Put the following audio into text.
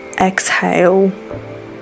exhale